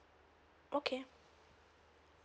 okay